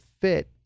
fit